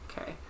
Okay